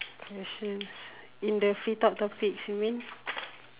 questions in the free talk topics you mean